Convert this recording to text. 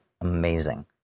amazing